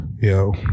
yo